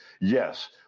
Yes